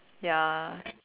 ya